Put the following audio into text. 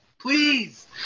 Please